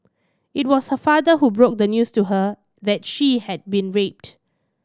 it was her father who broke the news to her that she had been raped